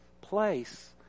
place